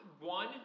One